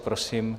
Prosím.